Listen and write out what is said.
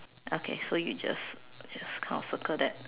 okay so you just just kind of circle that